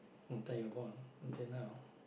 until you are born until now